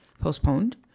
postponed